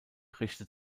richtet